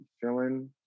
feeling